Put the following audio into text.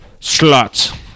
Sluts